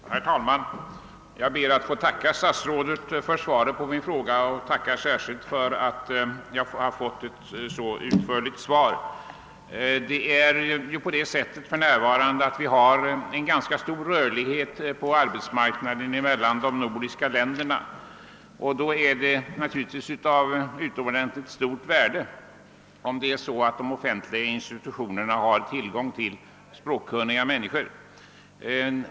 Herr talman! Jag ber att få tacka statsrådet för svaret på min fråga och tackar särskilt för att jag har fått ett så utförligt svar. Det råder ju för närvarande en ganska stor rörlighet på arbetsmarknaden mellan de nordiska länderna. Under sådana förhållanden är det av utomor dentligt stort värde om de offentliga institutionerna har tillgång till språkkunniga människor.